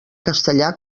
castellà